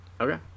Okay